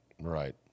Right